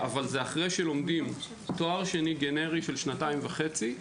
אבל זה אחרי שלומדים תואר שני גנרי של שנתיים וחצי.